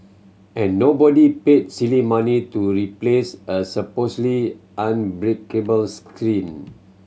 and nobody paid silly money to replace a supposedly unbreakable screen